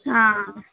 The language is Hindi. हाँ